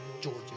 Georgia